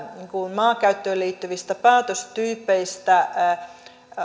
maankäyttöön liittyvistä päätöstyypeistä